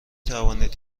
توانید